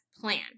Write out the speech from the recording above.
plan